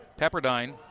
Pepperdine